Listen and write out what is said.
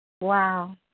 wow